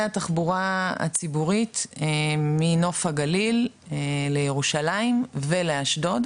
התחבורה הציבורית מנוף הגליל לירושלים ולאשדוד,